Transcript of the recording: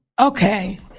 Okay